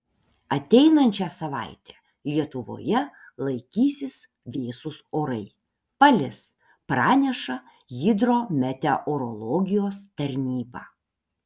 ateinančią savaitę lietuvoje laikysis vėsūs orai palis praneša hidrometeorologijos tarnyba